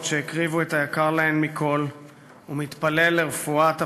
שהקריבו את היקר להן מכול ומתפלל לרפואת הפצועים.